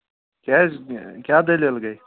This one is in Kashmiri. کیٛاہ حظ کیٛاہ دٔلیٖل گٔے